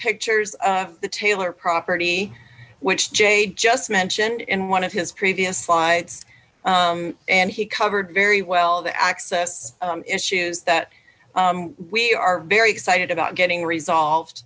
pictures of the taylor property which jay just mentioned in one of his previous slides and he covered very well the access issues that we are very excited about getting resolved